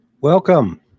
Welcome